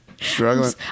Struggling